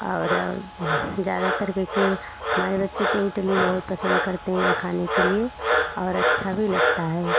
और ज़्यादातर क्योंकि हमारे बच्चे तो इडली बहुत पसंद करते हैं खाने के लिए और अच्छा भी लगता है